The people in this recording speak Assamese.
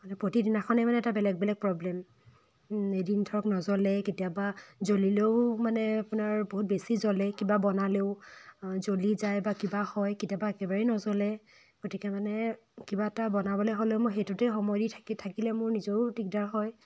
মানে প্ৰতিদিনাখনেই মানে এটা বেলেগ বেলেগ প্ৰব্লেম এদিন ধৰক নজ্বলে কেতিয়াবা জ্বলিলেও মানে আপোনাৰ বহুত বেছি জ্বলে কিবা বনালেও জ্বলি যায় বা কিবা হয় কেতিয়াবা একেবাৰেই নজ্বলে গতিকে মানে কিবা এটা বনাবলৈ হ'লেও মই সেইটোতে সময় দি থাকিলে মোৰ নিজৰো দিগদাৰ হয়